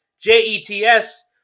J-E-T-S